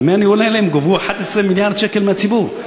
על דמי הניהול האלה הם גבו 11 מיליארד שקל מהציבור.